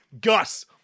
Gus